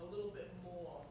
a little bit more